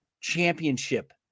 championship